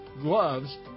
gloves